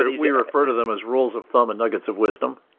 ah we refer to them as rules of thumb and nuggets of wisdom.